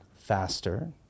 faster